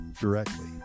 directly